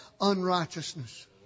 unrighteousness